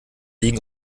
liegen